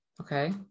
Okay